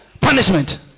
Punishment